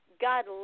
God